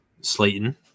Slayton